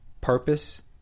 purpose